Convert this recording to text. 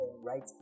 right